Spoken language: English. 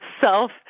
self